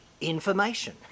information